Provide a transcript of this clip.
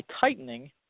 tightening